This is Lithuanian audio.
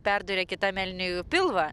perdūrė kitam elniui pilvą